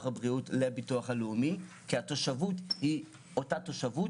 בריאות לביטוח לאומי כי התושבות היא אותה תושבות.